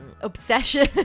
obsession